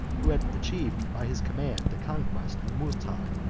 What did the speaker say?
who had achieved by his command the conquest of moultan.